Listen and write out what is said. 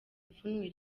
ipfunwe